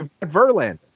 Verlander